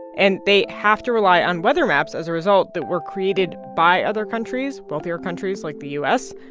and they have to rely on weather maps as a result that were created by other countries, wealthier countries like the u s,